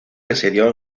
residió